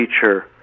Feature